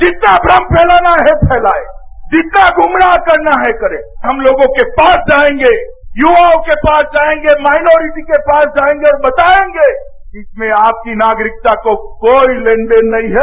जितना भ्रम फैलाना है फैलाए जितना गुमराहकरना है करें हम लोगों के पास जाएंगे युवाओं के पास जाएंगे माइनोरिट के पास जाएंगेऔर बताएंगे कि इसमें आपकी नागरिकता को कोई लेन देन नहीं है